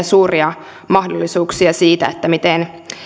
suuria mahdollisuuksia siitä miten